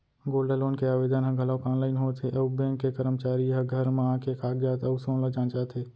gold loan के आवेदन ह घलौक आनलाइन होत हे अउ बेंक के करमचारी ह घर म आके कागजात अउ सोन ल जांचत हे